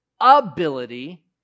ability